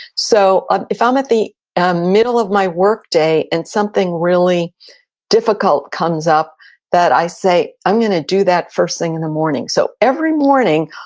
so ah if i'm at the ah middle of my workday and something really difficult comes up that i say, i'm gonna do that first thing in the morning. so every morning,